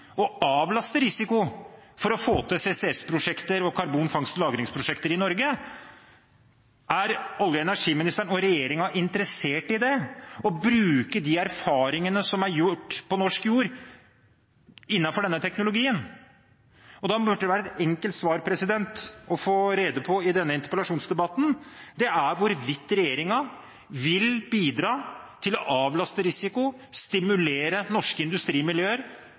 avlaste risiko for å få til CCS-prosjekter og karbonfangst og -lagringsprosjekter i Norge? Er olje- og energiministeren – og regjeringen – interessert i å bruke de erfaringene som er gjort på norsk jord, innenfor denne teknologien? Da burde det være et enkelt svar – å få rede på i denne interpellasjonsdebatten hvorvidt regjeringen vil bidra til å avlaste risiko og stimulere norske industrimiljøer